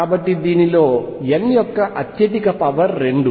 కాబట్టి దీనిలో n యొక్క అత్యధిక పవర్ 2